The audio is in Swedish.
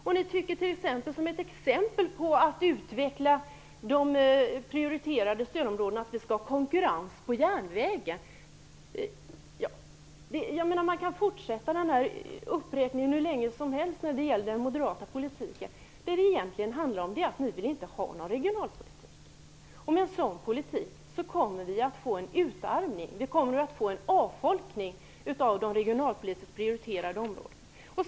Och ni tycker, som ett exempel på att utveckla de prioriterade stödområdena, att vi skall ha konkurrens på järnvägen. Man kan fortsätta den här uppräkningen hur länge som helst när det gäller den moderata politiken. Det handlar egentligen om att ni inte vill ha någon regionalpolitik. Med en sådan inställning kommer vi att få en utarmning och en avfolkning av de regoinalpolitiskt prioriterade områdena.